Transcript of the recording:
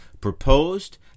proposed